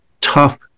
tough